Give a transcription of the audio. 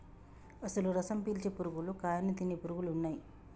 అసలు రసం పీల్చే పురుగులు కాయను తినే పురుగులు ఉన్నయ్యి